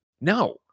No